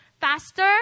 faster